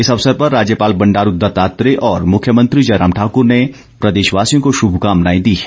इस अवसर पर राज्यपाल बंडारू दत्तात्रेय और मुख्यमंत्री जयराम ठाकर ने प्रदेशवासियों को श्मकामनाएं दी है